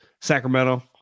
Sacramento